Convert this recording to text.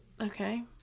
Okay